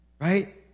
right